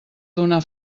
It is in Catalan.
donar